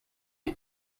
est